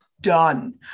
done